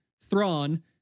Thrawn